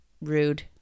rude